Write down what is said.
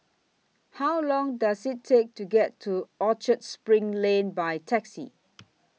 How Long Does IT Take to get to Orchard SPRING Lane By Taxi